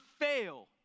fail